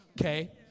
Okay